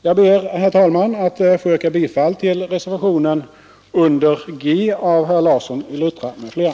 Jag ber, herr talman, att få yrka bifall till reservationen G av herr Larsson i Luttra m.fl.